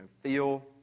feel